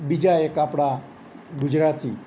બીજા એક આપણા ગુજરાતી